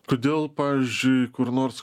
kodėl pavyzdžiui kur nors